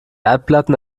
erdplatten